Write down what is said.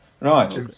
Right